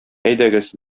әйдәгез